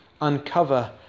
Uncover